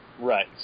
Right